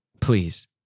Please